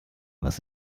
was